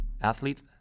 athlete